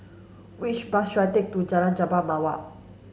which bus should I take to Jalan Jambu Mawar